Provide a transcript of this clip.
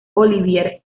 olivier